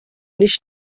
nicht